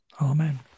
Amen